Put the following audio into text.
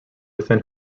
within